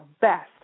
best